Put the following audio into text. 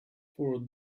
for